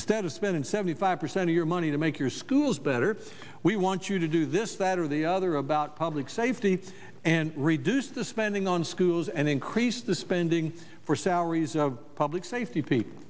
instead of spending seventy five percent of your money to make your schools better we want you to do this that or the other about public safety and reduce the spending on schools and increase the spending for salaries of public safety people